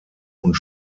und